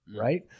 Right